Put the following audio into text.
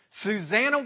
Susanna